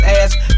ass